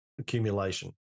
accumulation